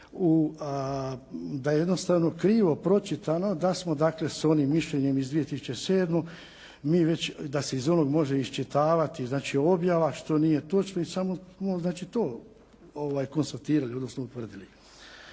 da je jednostavno krivo pročitano da smo dakle s onim mišljenjem iz 2007., da se iz onog može iščitavati znači objava, što nije točno. Samo znači samo smo to konstatirali i utvrdili.